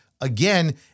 again